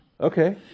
Okay